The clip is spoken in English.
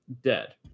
dead